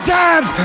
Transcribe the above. times